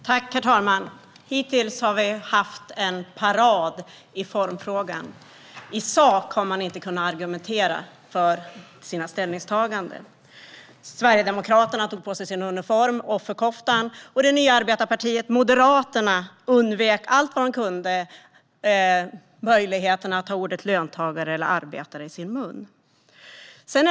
Herr talman! Hittills har vi haft en parad i formfrågan. I sak har man dock inte kunnat argumentera för sina ställningstaganden. Sverigedemokraterna tog på sig sin uniform - offerkoftan. Det nya arbetarpartiet Moderaterna undvek allt vad de kunde möjligheterna att ta orden "löntagare" eller "arbetare" i sin mun.